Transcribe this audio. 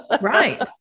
Right